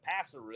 passer